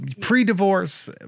Pre-divorce